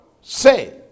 Say